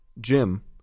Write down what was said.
Jim